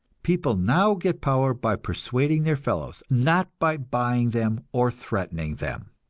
people now get power by persuading their fellows, not by buying them or threatening them.